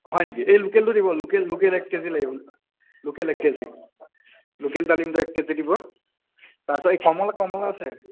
হয় নেকি এই লোকেলটো দিব লোকেল লোকেল এক কেজি লাগিব লোকেল এক কেজি লোকেল ডালিমটো এক কেজি দিব তাৰপিছত এই কমলা কমলা আছে